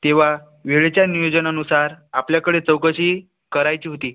तेव्हा वेळेच्या नियोजनानुसार आपल्याकडे चौकशी करायची होती